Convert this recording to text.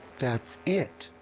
that's it!